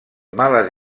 males